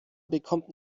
bekommt